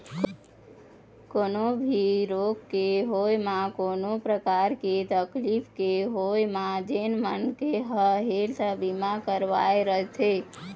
कोनो भी रोग के होय म कोनो परकार के तकलीफ के होय म जेन मनखे ह हेल्थ बीमा करवाय रथे